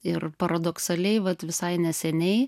ir paradoksaliai vat visai neseniai